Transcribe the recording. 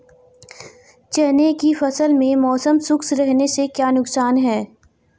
चने की फसल में मौसम शुष्क रहने से क्या नुकसान है?